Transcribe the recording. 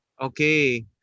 Okay